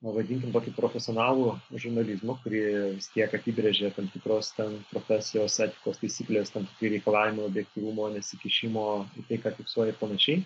pavadinkim tokį profesionalų žurnalizmu kurį vis tiek apibrėžia tam tikros ten profesijos etikos taisyklės tam tikri reikalavimai objektyvumo nesikišimo tai ką fiksuoja ir panašiai